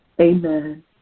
Amen